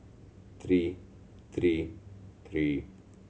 three three three